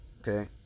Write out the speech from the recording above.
okay